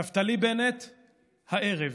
נפתלי בנט הערב,